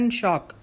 shock